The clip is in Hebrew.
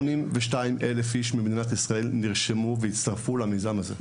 82 אלף איש במדינת ישראל נרשמו והצטרפו למיזם הזה.